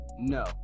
No